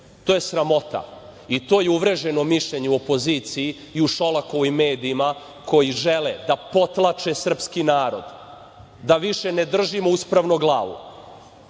To je sramota i to je uvreženo mišljenje u opoziciji i u Šolakovim medijima, koji žele da potlače srpski narod, da više ne držimo uspravno